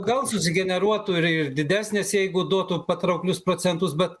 gal susigeneruotų ir ir didesnės jeigu duotų patrauklius procentus bet